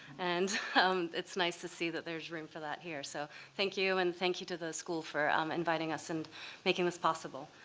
and um it's nice to see that there's room for that here. so thank you. and thank you to the school for um inviting us and making this possible.